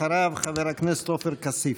אחריו, חבר הכנסת עופר כסיף.